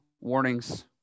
warnings